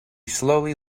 slowly